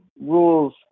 rules